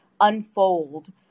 unfold